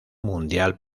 mundial